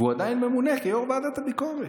והוא עדיין ממונה ליושב-ראש ועדת הביקורת.